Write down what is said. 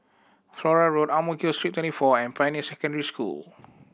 Flora Road Ang Mo Kio Street Twenty four and Pioneer Secondary School